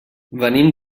venim